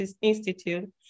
Institute